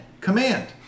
command